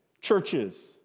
Churches